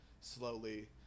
slowly